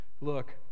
look